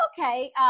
okay